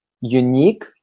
unique